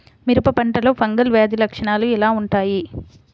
మిరప పంటలో ఫంగల్ వ్యాధి లక్షణాలు ఎలా వుంటాయి?